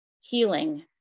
healing